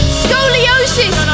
scoliosis